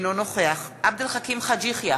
אינו נוכח עבד אל חכים חאג' יחיא,